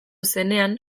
zenean